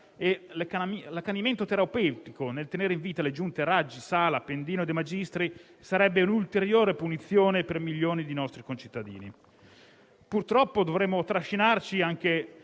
e l'accanimento terapeutico nel tenere in vita le Giunte Raggi, Sala, Appendino e De Magistris sarebbe l'ulteriore punizione per milioni di nostri concittadini. Purtroppo dovremo trascinarci anche